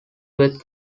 beth